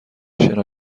شنا